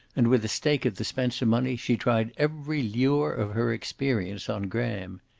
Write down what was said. and with the stake of the spencer money she tried every lure of her experience on graham.